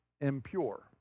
impure